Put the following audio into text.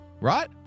right